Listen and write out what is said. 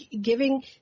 giving